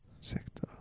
Sector